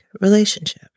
relationship